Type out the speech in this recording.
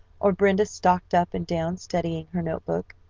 or brenda stalked up and down studying her notebook.